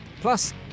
Plus